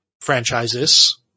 franchises